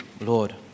Lord